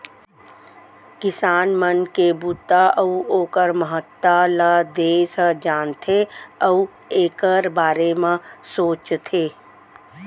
किसान मन के बूता अउ ओकर महत्ता ल देस ह जानथे अउ एकर बारे म सोचथे